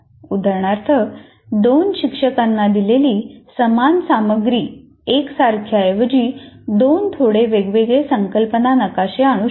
उदाहरणार्थ 2 शिक्षकांना दिलेली समान सामग्री एकसारख्या ऐवजी 2 थोडे वेगळे संकल्पना नकाशे आणू शकते